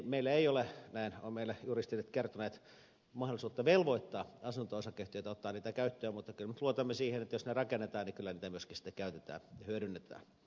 meillä ei ole näin ovat meille juristit nyt kertoneet mahdollisuutta velvoittaa asunto osakeyhtiöitä ottamaan niitä käyttöön mutta kyllä me nyt luotamme siihen että jos ne rakennetaan niin kyllä niitä myöskin sitten käytetään ja hyödynnetään